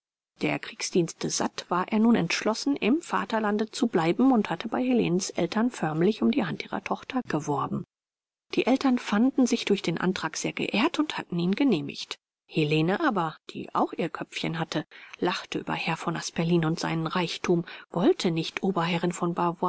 der kriegsdienste satt war er nun entschlossen im vaterlande zu bleiben und hatte bei helenens eltern förmlich um die hand ihrer tochter geworben die eltern fanden sich durch den antrag sehr geehrt und hatten ihn genehmigt helene aber die auch ihr köpfchen hatte lachte über herrn von asperlin und seinen reichtum wollte nicht oberherrin von